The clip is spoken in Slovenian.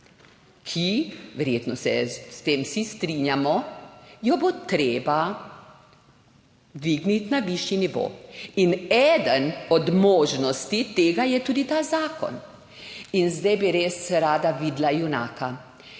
ki, verjetno se s tem vsi strinjamo, jo bo treba dvigniti na višji nivo. Ena od možnosti tega je tudi ta zakon. Zdaj bi res rada videla junaka